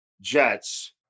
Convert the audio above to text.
Jets